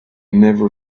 never